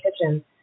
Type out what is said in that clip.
kitchen